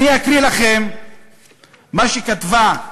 אני אקריא לכם מה שכתבה,